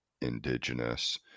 indigenous